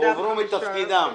הועברו מתפקידם.